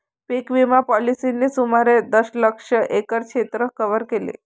पीक विमा पॉलिसींनी सुमारे दशलक्ष एकर क्षेत्र कव्हर केले